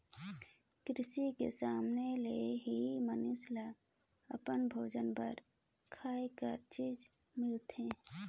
किरसी के समान ले ही मइनसे ल अपन भोजन बर खाए कर चीज मिलथे